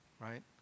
right